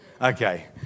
Okay